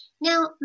now